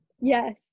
Yes